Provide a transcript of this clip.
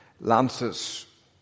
Lances